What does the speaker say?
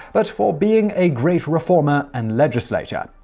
but for being a great reformer and legislator.